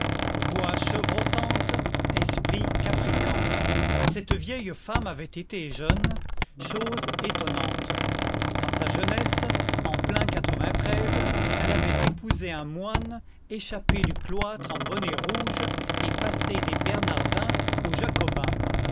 voix chevrotante esprit capricant cette vieille femme avait été jeune chose étonnante dans sa jeunesse en plein elle avait épousé un moine échappé du cloître en bonnet rouge et passé des bernardins aux jacobins